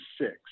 six